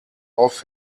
off